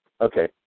Okay